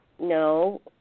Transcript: no